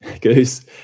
Goose